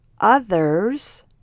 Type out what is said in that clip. others